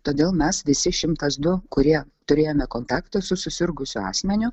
todėl mes visi šimtas du kurie turėjome kontaktą su susirgusiu asmeniu